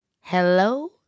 Hello